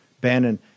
Bannon